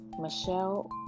Michelle